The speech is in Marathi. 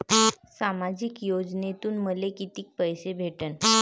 सामाजिक योजनेतून मले कितीक पैसे भेटन?